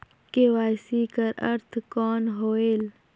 KYC कर अर्थ कौन होएल?